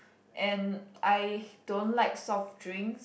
and I don't like soft drinks